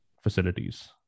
facilities